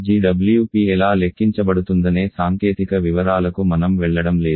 GWP ఎలా లెక్కించబడుతుందనే సాంకేతిక వివరాలకు మనం వెళ్లడం లేదు